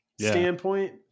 standpoint